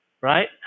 right